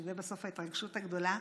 שזה בסוף ההתרגשות הגדולה